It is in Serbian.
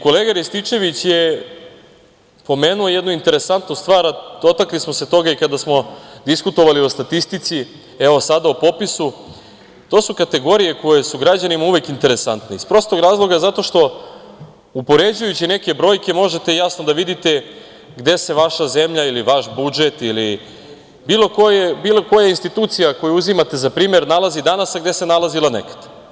Kolega Rističević je pomenuo jednu interesantnu stvar, a dotakli smo se toga i kada smo diskutovali o statistici, evo sada i o popisu, to su kategorije koje su građanima uvek interesantne, iz prostog razloga zato što upoređujući neke brojke možete jasno da vidite gde se vaša zemlja ili vaš budžet, ili bilo koja institucija koju uzimate za primer nalazi danas, a gde se nalazila nekad.